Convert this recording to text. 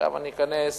אני אכנס